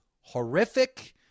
horrific